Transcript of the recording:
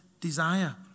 desire